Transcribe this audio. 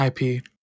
IP